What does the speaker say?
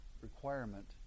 requirement